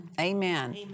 Amen